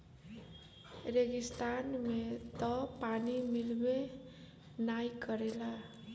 रेगिस्तान में तअ पानी मिलबे नाइ करेला